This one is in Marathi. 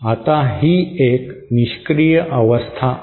आता ही एक निष्क्रीय अवस्था आहे